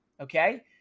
okay